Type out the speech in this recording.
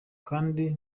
kandi